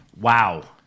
Wow